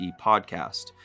podcast